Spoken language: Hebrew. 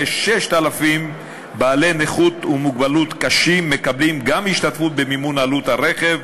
כ-6,000 בעלי נכות ומוגבלות קשים מקבלים גם השתתפות במימון עלות הרכב,